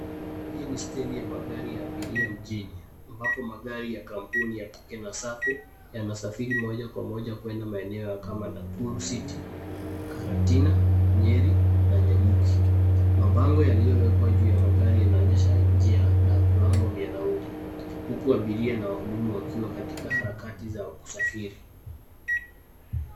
Hii ni steji ya magari ya abiria mjini ambapo magari ya kampuni ya Kukena Sacco, yanasafiri moja kwa moja kwenda maeneo ya kama Nakuru City, Karatina, Nyeri, na Nanyuki. Mabango yaliyowekwa juu ya magari yanaonyesha njia na viwango vya nauli, huku abiria na wahudumu wakiwa katika harakati za usafiri.